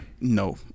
No